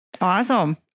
Awesome